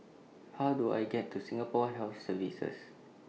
How Do I get to Singapore Health Services